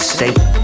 State